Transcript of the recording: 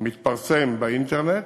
מתפרסם באינטרנט.